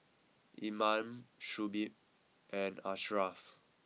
Iman Shuib and Ashraff